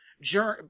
journey